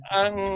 ang